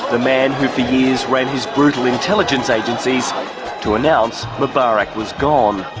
the man who for years ran his brutal intelligence agencies to announce mubarak was gone.